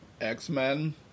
X-Men